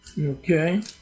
Okay